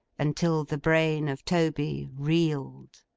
until the brain of toby reeled.